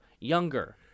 Younger